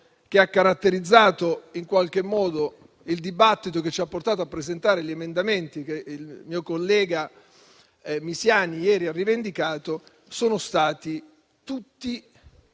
che ha caratterizzato in qualche modo il dibattito e che ci ha portato a presentare gli emendamenti che il mio collega Misiani ieri ha rivendicato è stato